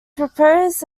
proposed